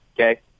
Okay